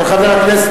של חבר הכנסת